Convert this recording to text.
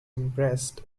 impressed